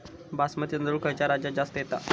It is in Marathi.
बासमती तांदूळ खयच्या राज्यात जास्त येता?